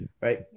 right